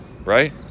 right